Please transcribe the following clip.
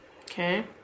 Okay